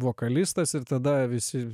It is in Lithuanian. vokalistas ir tada visi